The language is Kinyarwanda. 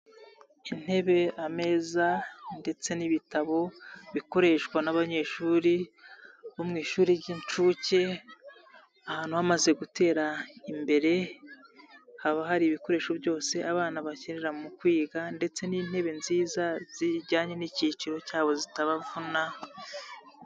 Itebe, ameza ndetse n'ibitabo, bikoreshwa n'abanyeshuri, bo mu ishuri ry'inshuke, ahantu hamaze gutera imbere haba hari ibikoresho byose abana bakinera mu kwiga ndetse n'intebe nziza zijyanye n'ikiciro cyabo zitabavuna.